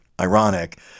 ironic